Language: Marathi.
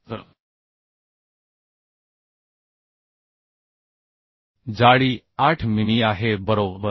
तर जाडी 8 मिमी आहे बरोबर